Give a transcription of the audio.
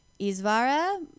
isvara